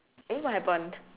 eh what happened